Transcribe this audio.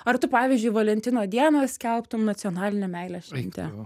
ar tu pavyzdžiui valentino dieną skelbtum nacionaline meilės švente